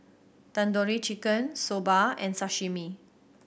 Tandoori Chicken Soba and Sashimi